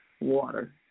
water